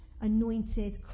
anointed